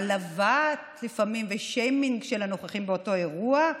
העלבה לפעמים ושיימינג של הנוכחים באותו אירוע,